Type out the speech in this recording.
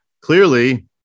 clearly